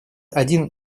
один